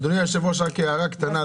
אדוני היושב-ראש, רק הערה קטנה.